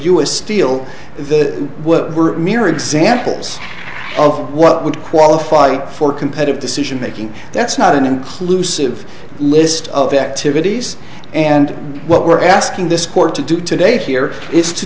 s steel they were mere examples of what would qualify for competitive decisionmaking that's not an inclusive list of activities and what we're asking this court to do today here is to